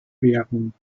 währung